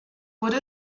wurde